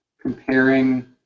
comparing